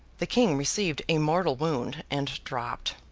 the king received a mortal wound, and dropped.